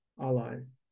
allies